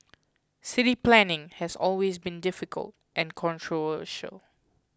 city planning has always been difficult and controversial